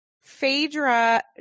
Phaedra